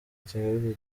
kigali